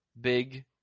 big